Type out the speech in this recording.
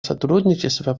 сотрудничества